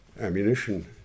ammunition